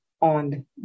on